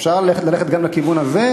אפשר ללכת גם לכיוון הזה.